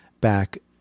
back